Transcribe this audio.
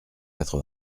quatre